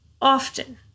Often